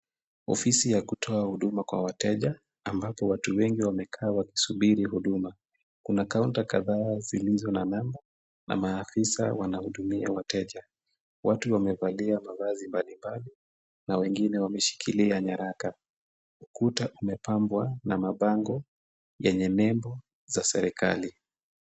Ofisi ya kutoa huduma kwa wateja, ambapo watu wengi wamekaa wakisubiri huduma. Kuna kaunta kadhaa zilizo na namba na maafisa wanahudumia wateja. Watu wamevalia mavazi mbalimbali na wengine wameshikilia nyaraka. Ukuta umepambwa na mabango yenye nembo za serikali.